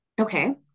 Okay